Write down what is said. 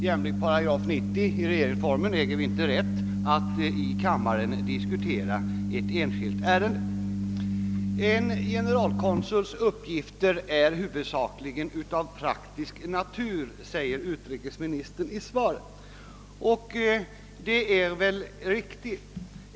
Jämlikt 8 90 regeringsformen äger vi inte rätt att här i kammaren diskutera ett enskilt ärende. En generalkonsuls uppgifter är huvudsakligen av praktisk natur, säger utrikesministern i svaret. Det är väl riktigt.